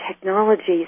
technologies